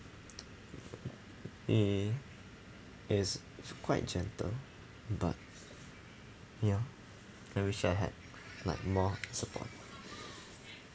mm he's quite gentle but ya I wish I had like more support